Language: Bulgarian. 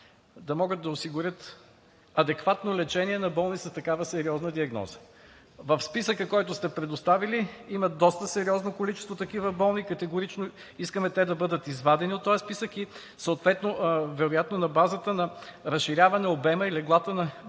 да могат да осигурят адекватно лечение на болни с такава сериозна диагноза. В списъка, който сте предоставили, има доста сериозно количество такива болни. Категорично искаме те да бъдат извадени от този списък и съответно – вероятно на базата на разширяване на обема и леглата на големите